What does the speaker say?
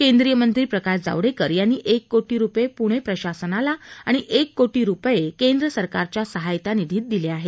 केंद्रीयमंत्री प्रकाश जावडेकर यांनी एक कोटी रुपये पुणे प्रशासनाला आणि एक कोटी रुपये केंद्र सरकारच्या सहायता निधीत दिले आहेत